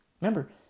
Remember